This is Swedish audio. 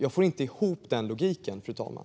Jag får inte ihop den logiken, fru talman.